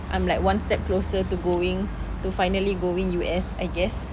I'm like one step closer to going to finally going U_S I guess